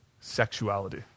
Sexuality